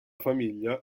famiglia